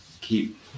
keep